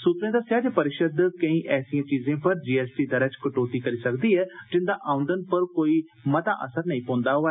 सुत्रे दस्सेया जे परिषद केंई ऐसिए चीजे पर जी एस टी दरै च कटोती करी सकदे न जिन्दा औंदन पर कोई मता असर नेंई पौंदा होए